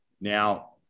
now